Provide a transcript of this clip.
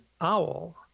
owl